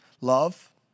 Love